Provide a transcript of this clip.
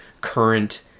current